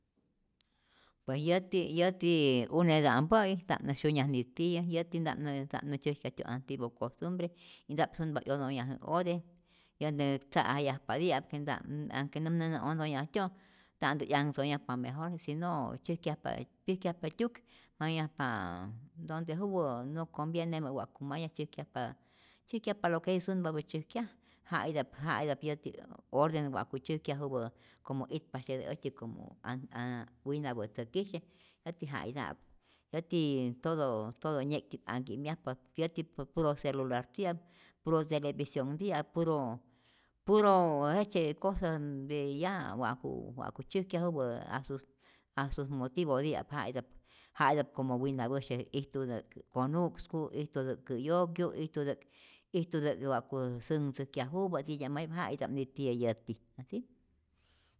Pues yäti yäti uneta'mpä'i nta'p nä syunyaju nitiyä, yäti ntap nä nta'p nä tzyäjkyajtyo' antivo costumbre y nta'p sunpa 'yotonhyajä je ote, nyänä tza'ajyajpati'ap y nta'p anhke näm näna otonhyajtyo' nta'ntä 'yanhtzonyajpa, mejor si no tzyäjkyajpa pyäjkyajpa pyäjkyajpa tyuk mayajpa donde juwä no convieneme wa'ku mayaj, tzyäjkyajpa tzyäjkyajpa lo que jetij sunpapä tzyäjkyaj, ja itap ja itap yäti orden wa'ku tzyäjkyajupä como itpasyetä äjtyät, como an a winapä tzäkisye, yäti ja ita'ap yäti toto todo nye'kti'p anhki'myajpa, yäti por puro celularti'ap, puro television'tiap, puro puro jejtzye cosas te ya wa'ku tzyäjkyajupä a sus a sus motivo'ti'ap, ja'itäp ja'itap como wina'päsye, ijtutä'k konu'ksku, ijtutä'k kä'yokyu', ijtutä'k ijtutä'k wa'ku sänhtzäjkyajupä titya'majyaj, ja ita'p nitiyä yäti, así.